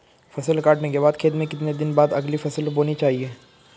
फसल काटने के बाद खेत में कितने दिन बाद अगली फसल बोनी चाहिये?